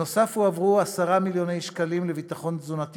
נוסף על כך הועברו 10 מיליוני שקלים לביטחון תזונתי